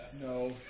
No